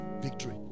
victory